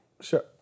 Sure